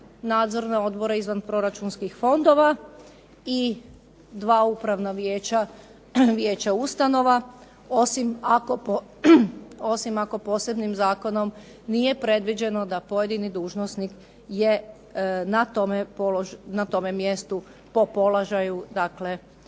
nadzorna odbora izvan proračunskih fondova i dva upravna vijeća, vijeća ustanova, osim ako posebnim zakonom nije predviđeno da pojedini dužnosnik je na tome mjestu po položaju ex